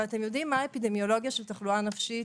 ואתם יודעים מה האפידמיולוגיה של תחלואה נפשית,